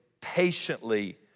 patiently